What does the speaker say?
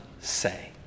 say